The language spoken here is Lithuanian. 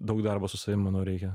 daug darbo su savim manau reikia